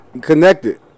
connected